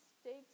stakes